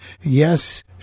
Yes